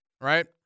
right